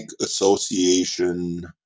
Association